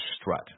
strut